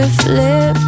flip